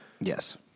Yes